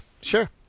sure